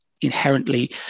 inherently